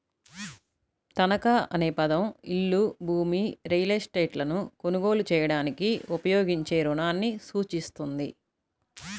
తనఖా అనే పదం ఇల్లు, భూమి, రియల్ ఎస్టేట్లను కొనుగోలు చేయడానికి ఉపయోగించే రుణాన్ని సూచిస్తుంది